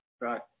right